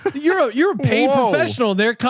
but you're a, you're a paid professional. they're,